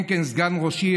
הן כסגן ראש עיר,